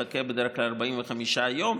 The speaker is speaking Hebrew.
מחכה בדרך כלל 45 יום,